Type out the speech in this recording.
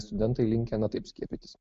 studentai linkę ne taip skiepytis